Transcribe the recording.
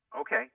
Okay